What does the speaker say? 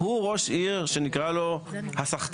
הוא ראש עיר שנקרא לו הסחטן.